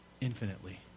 infinitely